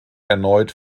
erneut